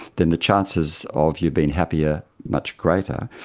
then the chances of you being happy are much greater.